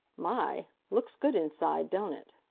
my! looks good inside, don't it?